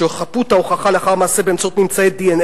של חפות ההוכחה לאחר מעשה באמצעות DNA,